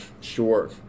sure